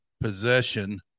possession